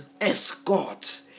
escort